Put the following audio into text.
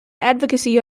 advocacy